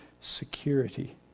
security